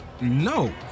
No